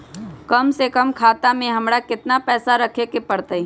कम से कम खाता में हमरा कितना पैसा रखे के परतई?